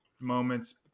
moments